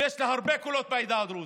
ויש לה הרבה קולות בעדה הדרוזית,